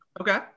Okay